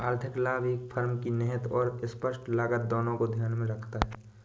आर्थिक लाभ एक फर्म की निहित और स्पष्ट लागत दोनों को ध्यान में रखता है